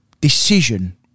decision